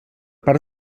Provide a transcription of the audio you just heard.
part